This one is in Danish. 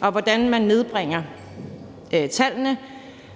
og hvordan man nedbringer tallene,